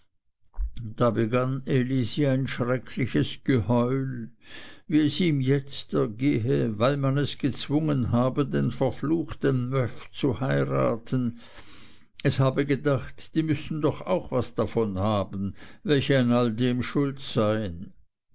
da begann elisi ein schreckliches geheul wie es ihm jetzt ergehe weil man es gezwungen habe den verfluchten möff zu heiraten es habe gedacht die müßten doch auch was davon haben welche an all dem schuld seien